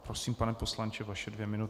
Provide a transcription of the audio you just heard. Prosím, pane poslanče, vaše dvě minuty.